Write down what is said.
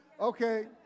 Okay